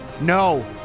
No